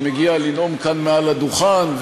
אורח שמגיע לנאום כאן מעל הדוכן,